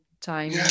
time